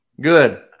good